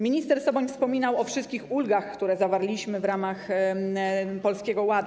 Minister Soboń wspominał o wszystkich ulgach, które zawarliśmy w ramach Polskiego Ładu.